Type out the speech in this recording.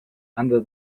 under